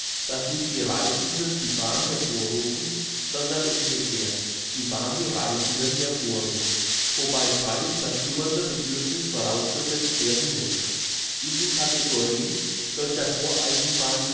dass nicht die reisenden die bahn hervorrufen sondern umgekehrt die bahn die reisenden hervorruft wobei freilich das schlummernde bedürfniss vorausgesetzt werden muss in die kategorie solcher